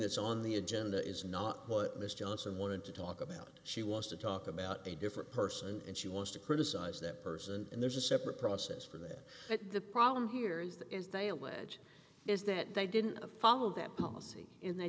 that's on the agenda is not what miss johnson wanted to talk about she wants to talk about a different person and she wants to criticize that person and there's a separate process for that but the problem here is that is they a way is that they didn't of follow that policy and